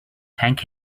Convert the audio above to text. thank